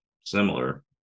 similar